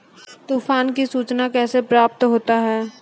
तुफान की सुचना कैसे प्राप्त होता हैं?